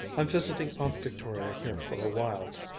i'm visiting aunt victoria here for a while.